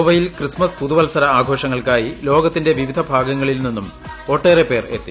ഗോവയിൽ ക്രിസ്മസ് പുതുവത്സര ആഷോഷങ്ങൾക്കായി ലോകത്തിന്റെ വിവിധ ഭാഗങ്ങളിൽ നിന്നും ഒട്ടേറെ പേർ എത്തി